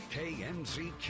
KMZQ